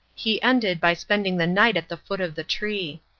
he ended by spending the night at the foot of the tree.